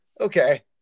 Okay